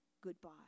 Goodbye